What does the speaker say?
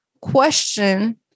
question